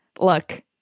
look